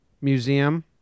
museum